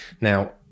Now